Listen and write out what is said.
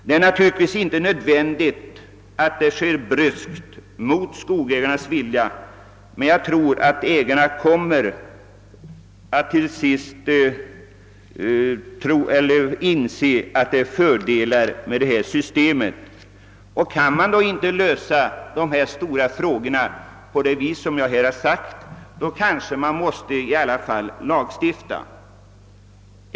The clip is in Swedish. Det är naturligtvis inte nödvändigt att ett sådant system införs bryskt mot skogsägarnas vilja, men jag tror att ägarna till sist kommer att inse att det är fördelar med detta system. Om man inte kan lösa dessa stora frågor på det vis som jag nu angivit kanske man ändå måste tillgripa lagstiftning.